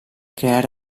creare